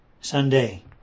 sunday